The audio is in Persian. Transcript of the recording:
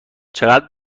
چقدر